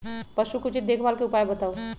पशु के उचित देखभाल के उपाय बताऊ?